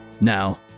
Now